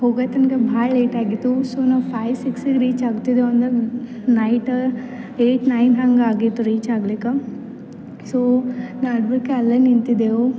ಹೋಗೋ ತನಕ ಭಾಳ ಲೇಟಾಗಿತ್ತು ಸೊ ನಾವು ಫೈವ್ ಸಿಕ್ಸಿಗೆ ರೀಚಾಗ್ತಿದ್ದೀವಿ ಅಂದ್ರೆ ನೈಟ ಏಯ್ಟ್ ನೈನ್ ಹಂಗೆ ಆಗಿತ್ತು ರೀಚ್ ಆಗ್ಲಿಕ್ಕೆ ಸೊ ನಡುಬರ್ಕ ಅಲ್ಲೇ ನಿಂತಿದ್ದೆವು